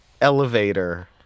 elevator